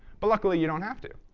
but luckily you don't have to,